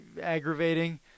aggravating